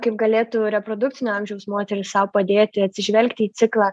kaip galėtų reprodukcinio amžiaus moterys sau padėti atsižvelgti į ciklą